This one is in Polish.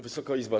Wysoka Izbo!